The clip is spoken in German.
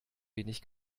wenige